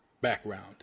background